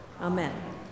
Amen